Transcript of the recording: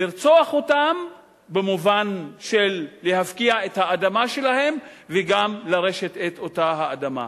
לרצוח אותם במובן של להפקיע את האדמה שלהם וגם לרשת את אותה האדמה.